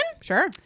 Sure